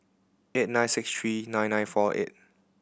eight nine six three nine nine four eight